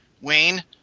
Wayne